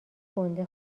گنده